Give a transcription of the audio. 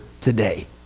today